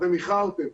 אתם איחרתם.